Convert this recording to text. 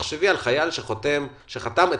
תחשבי על חייל שחתם אתמול